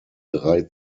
drei